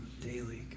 daily